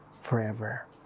forever